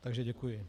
Takže děkuji.